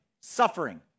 suffering